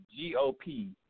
GOP